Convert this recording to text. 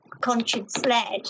conscience-led